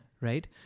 Right